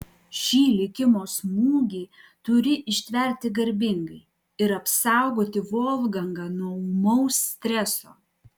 šį likimo smūgį turi ištverti garbingai ir apsaugoti volfgangą nuo ūmaus streso